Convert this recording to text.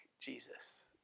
Jesus